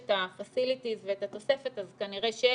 את הפסיליטיז ואת התוספת אז כנראה שאין,